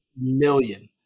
million